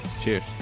cheers